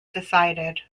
decided